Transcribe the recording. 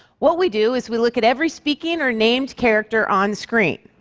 what we do is we look at every speaking or named character on-screen.